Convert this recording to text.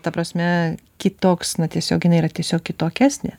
ta prasme kitoks na tiesioginė yra tiesiog kitokesnė